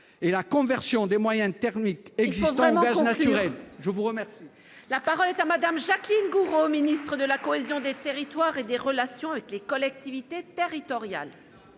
et la conversion des moyens thermiques existants au gaz naturel. La parole